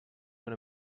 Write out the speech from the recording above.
una